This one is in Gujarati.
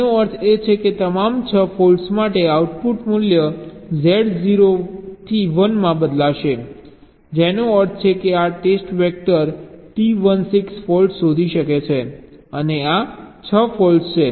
તેનો અર્થ એ છે કે આ તમામ 6 ફોલ્ટ્સ માટે આઉટપુટ મૂલ્ય Z 0 થી 1 માં બદલાશે જેનો અર્થ છે કે આ ટેસ્ટ વેક્ટર T1 6 ફોલ્ટ્સ શોધી શકે છે અને આ 6 ફોલ્ટ્સ છે